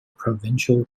provincial